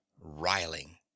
riling